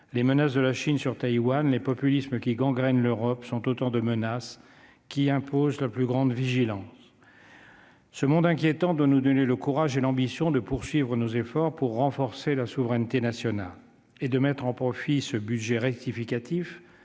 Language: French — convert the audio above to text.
les menaces de la Chine sur Taïwan, les populismes qui gangrènent l'Europe, sont autant de menaces qui imposent la plus grande vigilance. Ce monde inquiétant doit nous donner le courage et l'ambition de poursuivre nos efforts pour renforcer la souveraineté nationale et de mettre à profit ce budget rectificatif,